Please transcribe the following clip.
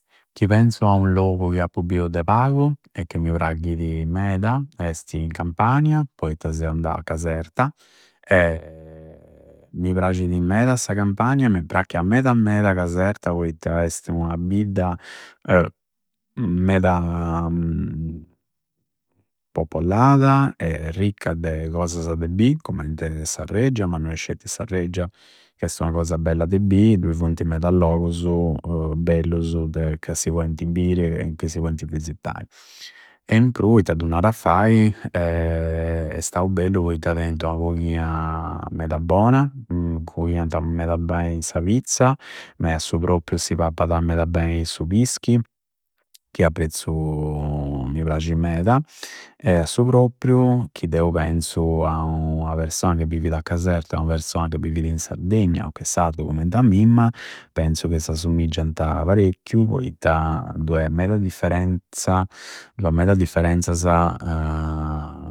Chi penzu a u logu ca appu biu de pagu e che mi praghidi meda esti in Campania, poitta seu andau a Caserta. Mi prascidi meda sa Campania e m'è pachia meda meda Caserta poitta esti ua bidda meda popolada e ricca de cosasa de bi, commente sa reggia, ma no è scetti sa reggia ca esti ua cosa bella de bi. Dui funti meda logusu bellusu ca si pointi biri e ca sipointi visitai. E in pru, itta du naru a fai!? E stau bellu poitta teinti ua coghia meda bona, coghianta meda bei sa pizza. Me a su propriu si pappada meda bei su pischi, chi pprezzu, mi prsci meda e a su propriu chi deu penzu a ua persona chi bividi a Caserta e ua persona ca bividi in Sardegna, ca è sardu commenti a mimma, penzu ca s'assommiggianta parecchiu poitta du è meda differenza, dua meda differenzasa.